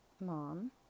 mom